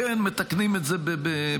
-- כן, מתקנים את זה בקלות.